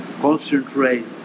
concentrate